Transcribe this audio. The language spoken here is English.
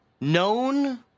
known